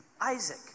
Isaac